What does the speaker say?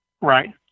right